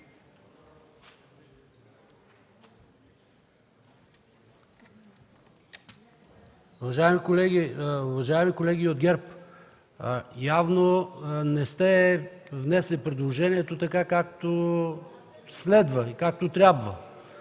Уважаеми колеги от ГЕРБ, явно не сте внесли предложението така, както следва и трябва.